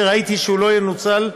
שראיתי שהוא לא ינוצל,